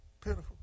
Pitiful